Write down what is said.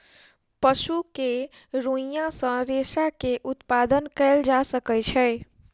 पशु के रोईँयाँ सॅ रेशा के उत्पादन कयल जा सकै छै